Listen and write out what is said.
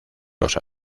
los